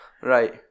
Right